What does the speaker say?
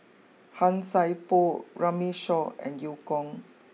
Han Sai Por Runme Shaw and Eu Kong